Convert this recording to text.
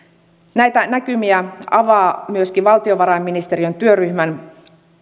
näitä näkymiä avaa myöskin valtiovarainministeriön työryhmän